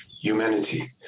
humanity